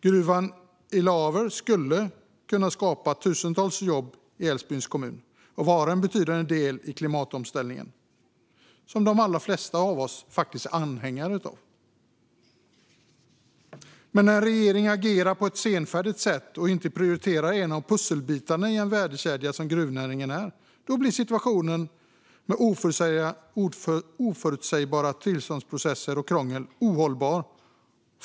Gruvan i Laver skulle ha kunnat skapa tusentals jobb i Älvsbyns kommun och vara en betydande del i klimatomställningen, som de allra flesta av oss faktiskt är anhängare av. Men när regeringen agerar på ett senfärdigt sätt och inte prioriterar en av pusselbitarna i den värdekedja som gruvnäringen är blir situationen med oförsägbara tillståndsprocesser och krångel ohållbar.